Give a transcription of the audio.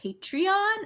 Patreon